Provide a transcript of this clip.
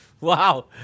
Wow